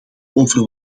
over